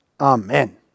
Amen